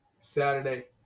Saturday